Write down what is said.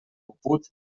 puput